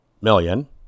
million